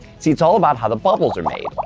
see, it's all about how the bubbles are made.